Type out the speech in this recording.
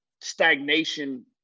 stagnation